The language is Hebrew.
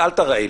אל תרעיל.